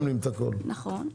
נכון.